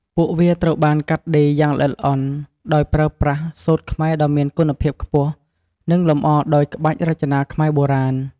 ពួកវាត្រូវបានកាត់ដេរយ៉ាងល្អិតល្អន់ ដោយប្រើប្រាស់ សូត្រខ្មែរដ៏មានគុណភាពខ្ពស់ និងលម្អដោយ ក្បាច់រចនាខ្មែរបុរាណ។